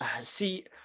See